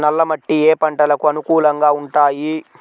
నల్ల మట్టి ఏ ఏ పంటలకు అనుకూలంగా ఉంటాయి?